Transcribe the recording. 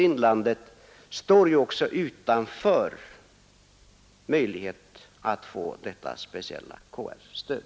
Inlandet står ju också utanför möjligheterna att få detta särskilda KR-stöd.